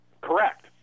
Correct